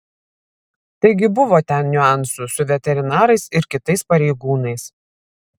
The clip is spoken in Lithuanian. taigi buvo ten niuansų su veterinarais ir kitais pareigūnais